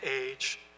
age